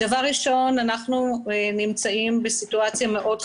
אנחנו נמצאים בסיטואציה מאוד חריגה.